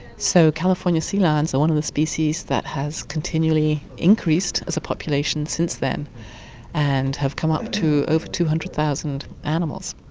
so california sea lions are one of the species that has continually increased as a population since then and have come up to over two hundred thousand animals.